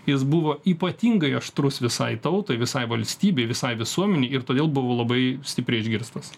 jis buvo ypatingai aštrus visai tautai visai valstybei visai visuomenei ir todėl buvo labai stipriai išgirstas